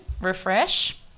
refresh